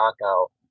knockout